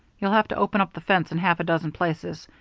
you'll have to open up the fence in half a dozen places,